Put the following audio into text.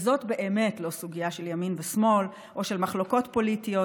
וזאת באמת לא סוגיה של ימין ושמאל או של מחלוקות פוליטיות,